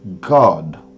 God